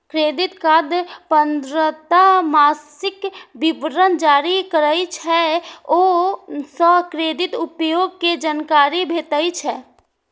credit card प्रदाता मासिक विवरण जारी करै छै, ओइ सं क्रेडिट उपयोग के जानकारी भेटै छै